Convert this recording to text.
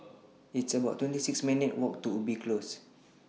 It's about twenty six minutes' Walk to Ubi Close